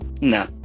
no